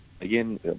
again